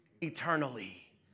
eternally